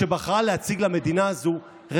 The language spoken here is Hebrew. השכול הוא לא שלכם בלבד.